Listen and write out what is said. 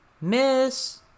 Miss